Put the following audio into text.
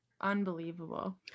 unbelievable